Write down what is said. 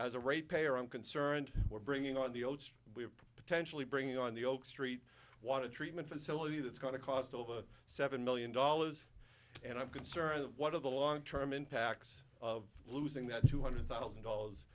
as a rate payer i'm concerned we're bringing on the old stuff we have potentially bringing on the oak street want a treatment facility that's going to cost over seven million dollars and i'm concerned that one of the long term impacts of losing that two hundred thousand dollars